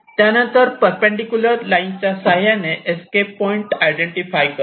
त्यानंतर परपेंडिकुलर लाईनच्या साह्याने एस्केप पॉईंट इडेंटिफाय करा